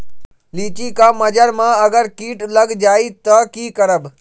लिचि क मजर म अगर किट लग जाई त की करब?